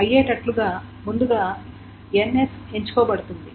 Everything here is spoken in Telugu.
అయ్యేటట్లుగా ముందుగా n s ఎంచుకోబడుతుంది